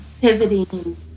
pivoting